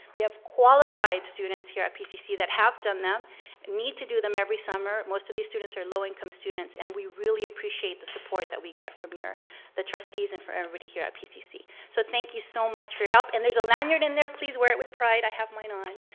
we have qualified students here at pcc that have done them and need to do them every summer, most of these students are low-income students and we really appreciate the support that we get from your the trustees and from everybody here at pcc, so thank you so much for your help and there's a lanyard in there, please wear it with pride, i have mine on.